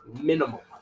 minimal